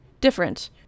different